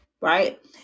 right